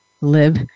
live